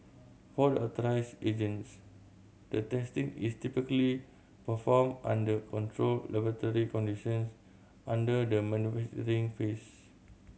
for the authorised agents the testing is typically performed under controlled laboratory conditions under the manufacturing phase